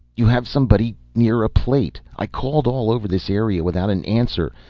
you have somebody near a plate? i called all over this area without an answer.